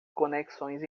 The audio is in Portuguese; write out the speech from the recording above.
conexões